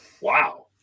Wow